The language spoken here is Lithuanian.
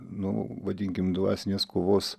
nu vadinkim dvasinės kovos